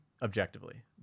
objectively